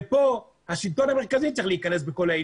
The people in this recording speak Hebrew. כאן השלטון המרכזי צריך להיכנס לזה.